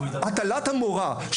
הטלת המורא,